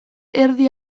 erdi